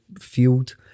field